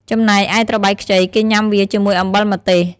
ចំណែកឯត្របែកខ្ចីគេញាំវាជាមួយអំបិលម្ទេស។